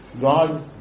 God